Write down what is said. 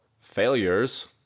failures